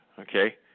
Okay